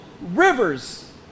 rivers